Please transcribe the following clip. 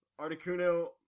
Articuno